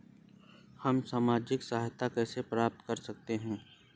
हम सामाजिक सहायता कैसे प्राप्त कर सकते हैं?